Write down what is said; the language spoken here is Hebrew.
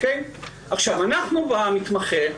אנחנו ב"מתמחה"